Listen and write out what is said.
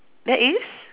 there is